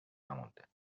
نمونده